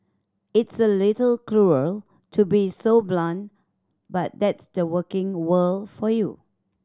it's a little cruel to be so blunt but that's the working world for you